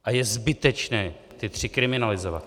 A je zbytečné ta tři kriminalizovat.